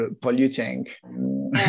polluting